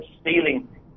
stealing